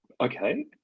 Okay